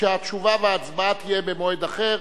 שהתשובה וההצבעה יהיו במועד אחר.